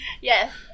Yes